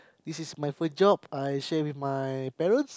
it is my first job I shared with my parents